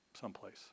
someplace